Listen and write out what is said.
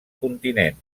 continent